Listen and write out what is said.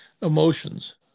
emotions